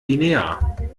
linear